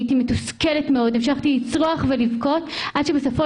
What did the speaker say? הייתי מתוסכלת מאוד והמשכתי לצרוח ולבכות עד שבסופו